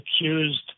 accused